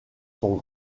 sont